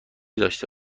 داشته